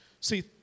See